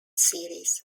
series